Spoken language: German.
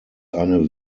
eine